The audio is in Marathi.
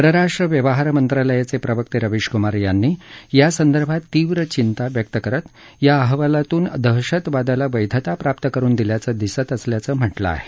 परराष्ट्र व्यवहार मंत्रालयाचे प्रवक्ते रवीश कुमार यांनी यासंदर्भात तीव्र चिंता व्यक्त करत या अहवालातून दहशतवादाला वैधता प्राप्त करून दिल्याचं दिसत असल्याचं म्हटलं आहे